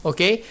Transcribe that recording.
Okay